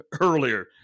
earlier